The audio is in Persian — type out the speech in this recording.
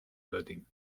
دادیم